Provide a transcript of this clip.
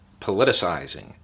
politicizing